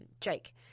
Jake